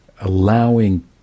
allowing